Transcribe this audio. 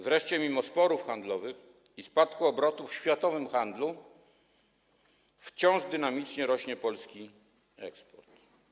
Wreszcie mimo sporów handlowych i spadku obrotów w światowym handlu wciąż dynamicznie rośnie polski eksport.